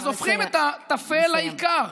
אז הופכים את הטפל לעיקר.